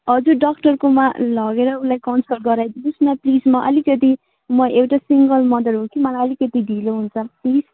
हजुर डाक्टरकोमा लगेर उसलाई कन्सल्ट गराइदिनुहोस् न प्लिज म अलिकति म एउटा सिङ्गल मदर हो कि मलाई अलिकति ढिलो हुन्छ प्लिज